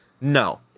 No